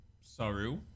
saru